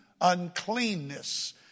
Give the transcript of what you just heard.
uncleanness